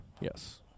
Yes